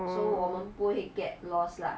so 我们不会 get lost lah